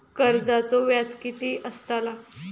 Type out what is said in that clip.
कर्जाचो व्याज कीती असताला?